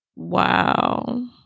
Wow